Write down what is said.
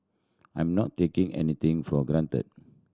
I'm not taking anything for granted